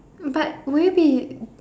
but will you be